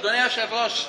אדוני היושב-ראש,